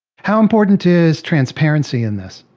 how important is transparency in this?